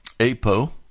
Apo